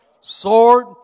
sword